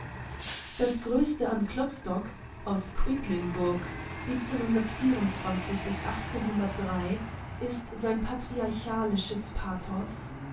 das größte an klopstock aus qui in ist sein patriarchalisches pathos